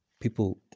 People